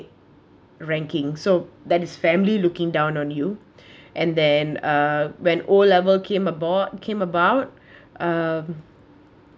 ranking so that his family looking down on you and then uh when O-level came aboard came about um